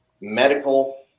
medical